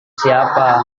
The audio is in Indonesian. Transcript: siapa